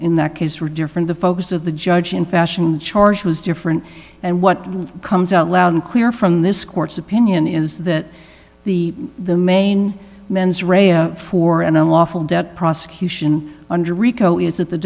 in that case were different the focus of the judge in fashion the charge was different and what comes out loud and clear from this court's opinion is that the the main mens rea for an unlawful debt prosecution under rico is that the